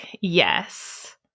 yes